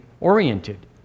oriented